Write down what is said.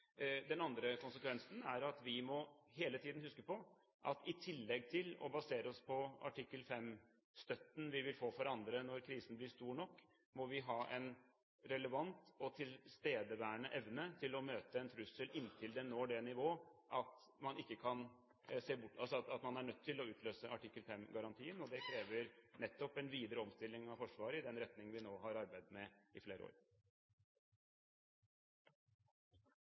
Den andre konsekvensen er at vi hele tiden må tenke på at i tillegg til å basere oss på artikkel 5-støtten vi vil få for andre når krisen blir stor nok, må vi ha en relevant og tilstedeværende evne til å møte en trussel inntil den når det nivået at man er nødt til å utløse artikkel 5-garantien. Dette krever nettopp en videre omstilling av Forsvaret i den retning vi nå har arbeidet med i flere år.